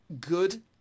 good